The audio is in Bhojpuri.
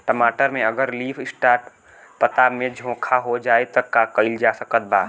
टमाटर में अगर लीफ स्पॉट पता में झोंका हो जाएँ त का कइल जा सकत बा?